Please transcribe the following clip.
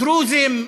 דרוזים,